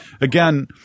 again